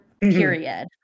period